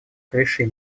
крышей